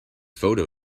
photo